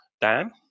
Dan